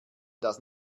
das